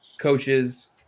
coaches